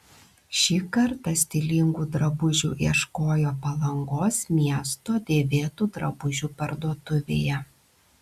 šį kartą stilingų drabužių ieškojo palangos miesto dėvėtų drabužių parduotuvėje